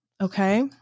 Okay